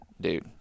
dude